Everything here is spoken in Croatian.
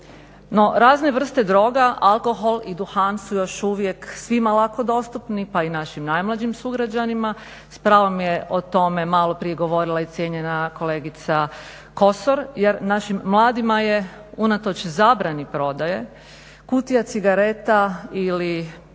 razne vrste droga, alkohol i duhan su još uvijek svima lako dostupni pa i našim najmlađim sugrađanima. S pravom je o tome maloprije govorila i cijenjena kolegica Kosor jer našim mladima je unatoč zabrani prodaje kutija cigareta ili